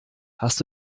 hast